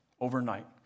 Overnight